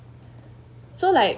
so like